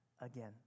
again